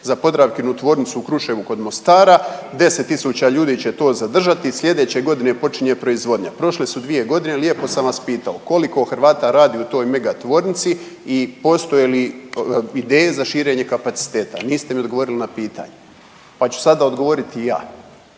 za Podravkinu tvornicu u Kruševu kod Mostara, 10 tisuća ljudi će to zadržati, sljedeće godine počinje proizvodnja. Prošle su 2 godine. Lijepo sam vas pitao, koliko Hrvata radi u toj mega tvornici i postoje li ideje za širenje kapaciteta. Niste mi odgovorili na pitanje pa ću sada odgovoriti ja.